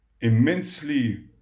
immensely